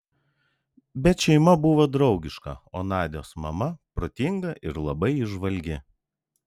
bet šeima buvo draugiška o nadios mama protinga ir labai įžvalgi